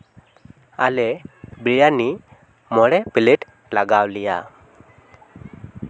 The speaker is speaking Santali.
ᱟᱞᱮ ᱵᱤᱨᱭᱟᱱᱤ ᱢᱚᱬᱮ ᱯᱞᱮᱴ ᱞᱟᱜᱟᱣ ᱞᱮᱭᱟ